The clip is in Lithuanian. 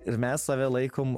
ir mes save laikom